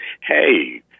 Hey